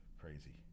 crazy